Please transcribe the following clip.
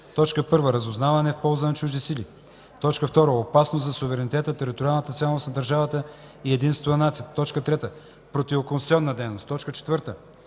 със: 1. разузнаване в полза на чужди сили; 2. опасност за суверенитета, териториалната цялост на държавата и единството на нацията; 3. противоконституционна дейност; 4.